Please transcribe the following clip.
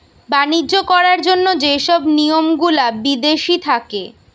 বাণিজ্য করার জন্য যে সব নিয়ম গুলা বিদেশি থাকে